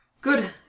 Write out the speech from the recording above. Good